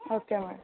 okay madam